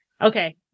okay